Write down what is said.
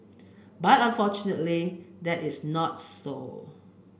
but unfortunately that is not so